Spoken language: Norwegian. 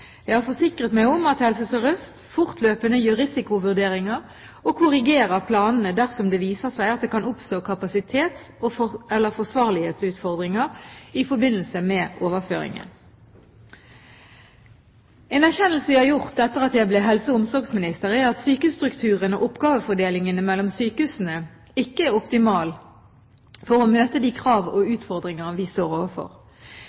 Jeg har forsikret meg om at Helse Sør-Øst fortløpende gjør risikovurderinger og korrigerer planene dersom det viser seg at det kan oppstå kapasitets- eller forsvarlighetsutfordringer i forbindelse med overføringen. En erkjennelse jeg har gjort etter at jeg ble helse- og omsorgsminister, er at sykehusstrukturen og oppgavefordelingen mellom sykehusene ikke er optimal for å møte de krav og